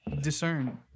discern